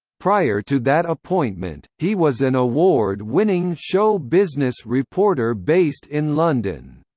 prior to that appointment, he was an award-winning show-business reporter based in london.